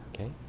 Okay